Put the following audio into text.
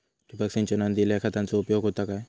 ठिबक सिंचनान दिल्या खतांचो उपयोग होता काय?